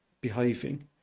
behaving